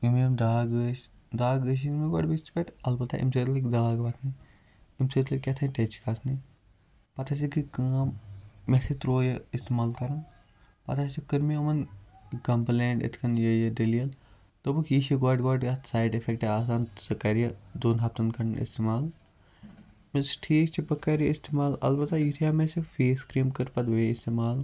یِم یِم داغ ٲسۍ داغ ٲسۍ نہٕ مےٚ گۄڈٕ بٕتھِس پیٹھ اَلبَتہ امہِ سۭتۍ لٔگۍ داغ وۄتھنہِ امہِ سۭتۍ لٔگۍ کیَتھانۍ ٹیٚچہِ کھَسنہِ پَتہٕ ہَسا گٔے کٲم مےٚ ہَسا ترٛوو یہِ اِستعمال کَرُن پَتہٕ ہَسا کٔر مےٚ یِمَن کَمپلینٛٹ اِتھ کنۍ یہِ یہِ دلیٖل دوٚپُکھ یہِ چھُ گۄڈٕ گۄڈٕ یتھ سایڈ اِفیٚکٹ آسان سُہ کَر یہِ دۄن ہَفتَن کھَنٛڈ اِستعمال مےٚ دوٚپُس ٹھیٖکھ چھُ بہٕ کَرٕ یہِ اِستعمال اَلبَتہ یُتھُے سۄ فیس کریٖم کٔر پتہٕ بیٚیہِ اِستعمال